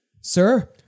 Sir